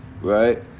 Right